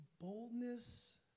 boldness